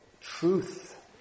truth